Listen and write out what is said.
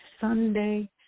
Sunday